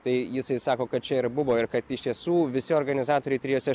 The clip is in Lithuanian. tai jisai sako kad čia ir buvo ir kad iš tiesų visi organizatoriai trijose